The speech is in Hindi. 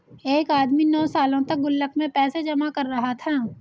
एक आदमी नौं सालों तक गुल्लक में पैसे जमा कर रहा था